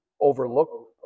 overlook